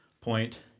point